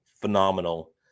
phenomenal